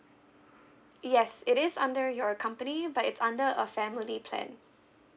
yes it is under your company but it's under a family plan